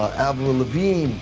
avril lavigne,